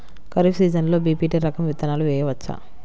ఖరీఫ్ సీజన్లో బి.పీ.టీ రకం విత్తనాలు వేయవచ్చా?